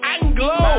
Anglo